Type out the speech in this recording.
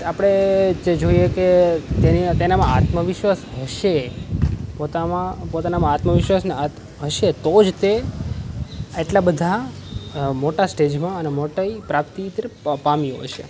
આપણે જો જોઈએ કે તેનામાં આત્મવિશ્વાસ હશે પોતાનામાં આત્મવિશ્વાસને હશે તો જ તે એટલા બધા મોટા સ્ટેજમાં અને મોટી પ્રાપ્તિ તરફ પામ્યો હશે